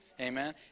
Amen